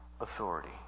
authority